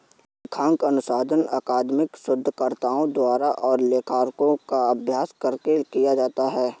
लेखांकन अनुसंधान अकादमिक शोधकर्ताओं द्वारा और लेखाकारों का अभ्यास करके किया जाता है